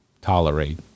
tolerate